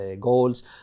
Goals